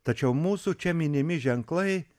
tačiau mūsų čia minimi ženklai